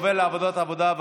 לוועדת העבודה,